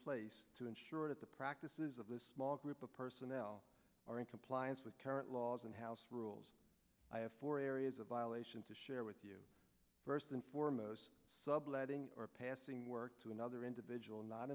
place to ensure that the practices of this small group of personnel are in compliance with current laws and house rules for areas a violation to share with you first and foremost subletting or passing work to another individual not